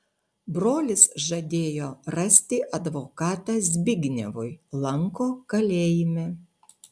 brolis žadėjo rasti advokatą zbignevui lanko kalėjime